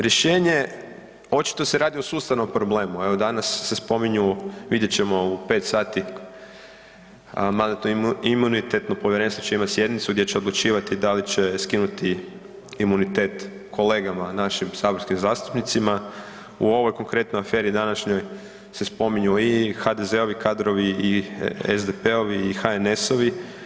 Rješenje, očito se radi o sustavnom problemu, evo danas se spominju, vidjet ćemo u pet sati Mandatno-imunitetno povjerenstvo će imati sjednicu gdje će odlučivati da li će skinuti imunitet kolegama našim saborskim zastupnicima u ovoj konkretnoj aferi današnjoj se spominju i HDZ-ovi kadrovi i SDP-ovi i HNS-ovi.